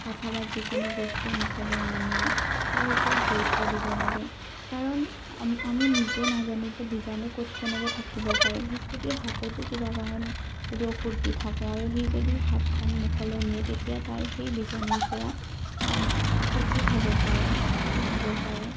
অথবা যিকোনো বস্তু মুখলৈ নিনিয়ে তাৰ ওপৰত গুৰুত্ব দিব লাগে কাৰণ আমি নিজে নাজানো যে বীজাণু ক'ত কেনেকৈ থাকিব পাৰে শিশুটিৰ হাতত কিবা কাৰণে যদি অশুদ্ধি থাকে আৰু সি যদি হাতখন মুখলৈ নিয়ে তেতিয়া তাৰ সেই বীজাণুৰ পৰা ক্ষতি হ'ব পাৰে ক্ষতি হ'ব পাৰে